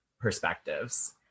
perspectives